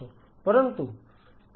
પરંતુ ખૂબ જટિલ શું છે